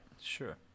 sure